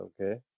Okay